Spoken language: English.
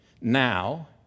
now